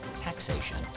taxation